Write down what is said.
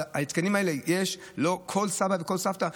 אבל את ההתקנים האלה, לא לכל סבא ולכל סבתא.